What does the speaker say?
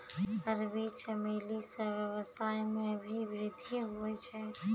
अरबी चमेली से वेवसाय मे भी वृद्धि हुवै छै